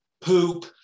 poop